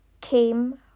came